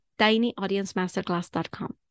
tinyaudiencemasterclass.com